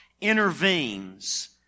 intervenes